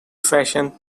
fashion